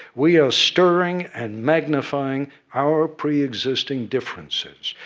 we are stirring and magnifying our preexisting differences.